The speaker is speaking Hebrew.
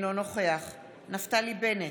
אינו נוכח נפתלי בנט,